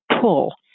pull